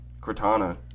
Cortana